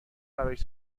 براش